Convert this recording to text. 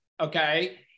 okay